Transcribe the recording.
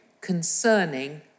concerning